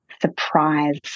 surprise